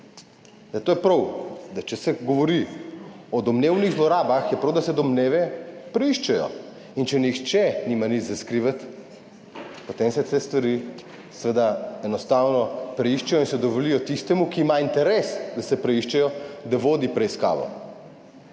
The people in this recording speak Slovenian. Zato je prav, da če se govori o domnevnih zlorabah, je prav da se domneve preiščejo. In če nihče nima nič za skrivati, potem se te stvari seveda enostavno preiščejo in se dovoli tistemu, ki ima interes, da se preiščejo, da vodi preiskavo.